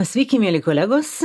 sveiki mieli kolegos